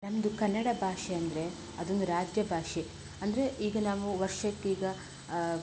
ನಮ್ಮದು ಕನ್ನಡ ಭಾಷೆ ಅಂದರೆ ಅದೊಂದು ರಾಜ್ಯ ಭಾಷೆ ಅಂದರೆ ಈಗ ನಾವು ವರ್ಷಕ್ಕೆ ಈಗ